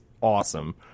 awesome